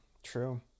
True